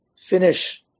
finish